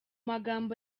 magambo